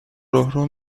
راهرو